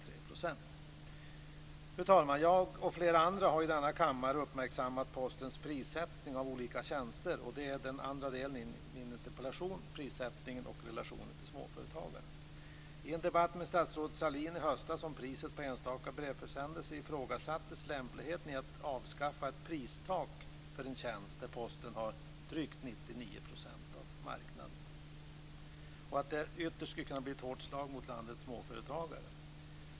Fru talman! Jag och flera andra i denna kammare har uppmärksammat Postens prissättning av olika tjänster. Prissättningen och relationen till småföretagare är den andra delen i min interpellation. I en debatt med statsrådet Sahlin i höstas om priset på enstaka brevförsändelser ifrågasattes lämpligheten i att avskaffa ett pristak för en tjänst där Posten har drygt 99 % av marknaden. Ytterst skulle det bli ett hårt slag mot landets småföretagare.